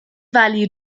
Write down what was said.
valley